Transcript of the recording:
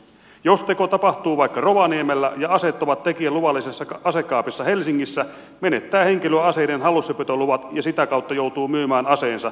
jos teko tapahtuu vaikka rovaniemellä ja aseet ovat tekijän luvallisessa asekaapissa helsingissä menettää henkilö aseiden hallussapitoluvat ja sitä kautta joutuu myymään aseensa